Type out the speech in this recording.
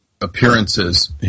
appearances